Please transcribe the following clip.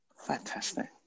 fantastic